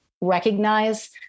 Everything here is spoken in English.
recognize